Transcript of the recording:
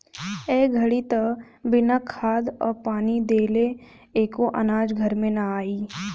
ए घड़ी त बिना खाद आ पानी देले एको अनाज घर में ना आई